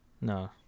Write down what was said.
No